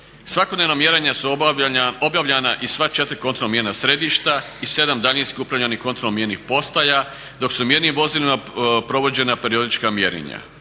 Svakodnevna mjerenja su obavljana iz sva 4 kontrolna mjerna središta i 7 daljinski upravljanih … mjerna postaja dok su mjernim vozilima provođena periodička mjerenja.